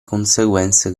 conseguenze